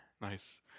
Nice